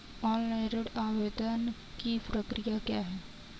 Online ऋण आवेदन की प्रक्रिया क्या है?